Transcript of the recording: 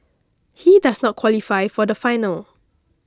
he does not qualify for the final